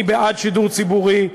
אני בעד שידור ציבורי.